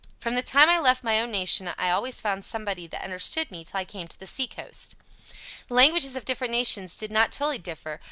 from the time i left my own nation i always found somebody that understood me till i came to the sea coast. the languages of different nations did not totally differ,